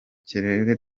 kirere